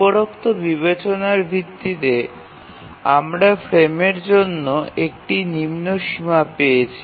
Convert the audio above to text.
উপরোক্ত বিবেচনার ভিত্তিতে আমরা ফ্রেমের জন্য একটি নিম্ন সীমা পেয়েছি